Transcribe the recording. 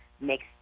makes